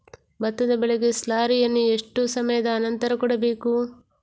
ಭತ್ತದ ಬೆಳೆಗೆ ಸ್ಲಾರಿಯನು ಎಷ್ಟು ಸಮಯದ ಆನಂತರ ಕೊಡಬೇಕು?